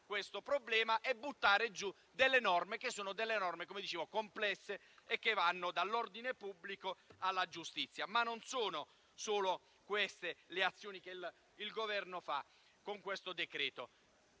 questo problema e di scrivere delle norme che sono complesse e che vanno dall'ordine pubblico alla giustizia. Ma non sono solo queste le azioni che il Governo compie con questo decreto.